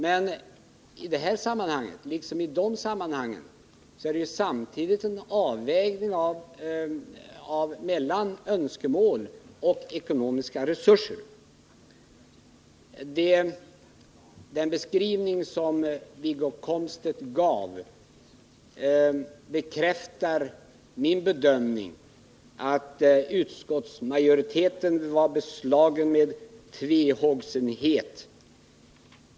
Men i detta sammanhang liksom i andra liknande sammanhang görs en avvägning mellan önskemål och ekonomiska resurser. Den beskrivning som Wiggo Komstedt gav bekräftar min bedömning, att utskottsmajoriteten varit tvehågsen.